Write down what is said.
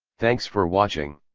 thanks for watching.